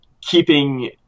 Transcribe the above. keeping